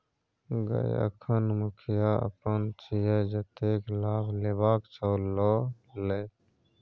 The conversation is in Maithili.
गय अखन मुखिया अपन छियै जतेक लाभ लेबाक छौ ल लए